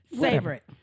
favorite